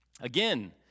Again